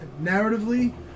narratively